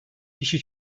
kişi